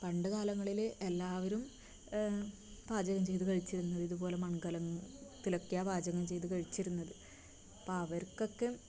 പണ്ട് കാലങ്ങളില് എല്ലാവരും പാചകം ചെയ്ത് കഴിച്ചിരുന്നത് ഇതുപോലെ മൺകലം ത്തിലൊക്കെയാണ് പാചകം ചെയ്ത് കഴിച്ചിരുന്നത് ഇപ്പം അവർക്കൊക്കെ